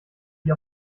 die